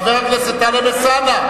חבר הכנסת טלב אלסאנע.